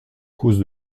cause